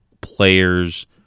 players